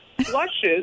Flushes